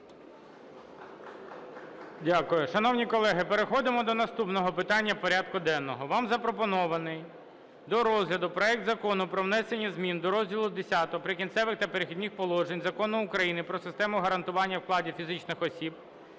Дякую. Шановні колеги, переходимо до наступного питання порядку денного. Вам запропонований до розгляду проект Закону про внесення змін до Розділу Х "Прикінцеві та перехідні положення" Закону України "Про систему гарантування вкладів фізичних осіб"